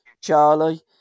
Charlie